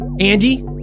Andy